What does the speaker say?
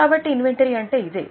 కాబట్టి ఇన్వెంటరీ అంటే ఇదే